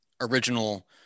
original